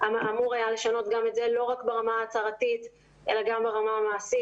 אמור היה לשנות גם את זה לא רק ברמה ההצהרתית אלא גם ברמה המעשית.